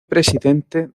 presidente